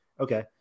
Okay